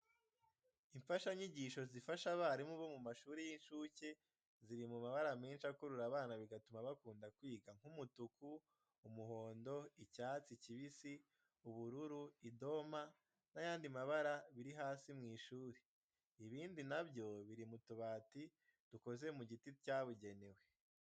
Imfashanyigisho zifasha abarimu bo mu mashuri y'incuke, ziri mu mabara menshi akurura abana bigatuma bakunda kwiga nk'umutuku, umuhondo, icyatsi kibisi, ubururu, idoma n'ayandi mabara biri hasi mu ishuri. Ibindi na byo biri mu tubati dukoze mu giti twabugenewe.